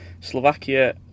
Slovakia